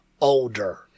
older